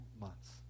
months